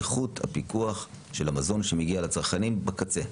על איכות הפיקוח של המזון שמגיע לצרכנים בקצה.